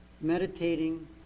meditating